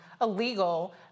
illegal